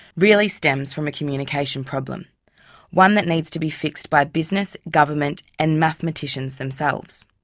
really stems from a communication problem one that needs to be fixed by business, government and mathematicians themselves.